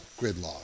gridlock